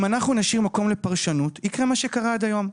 אם אנחנו נשאיר מקום לפרשנות יקרה מה שקרה עד היום,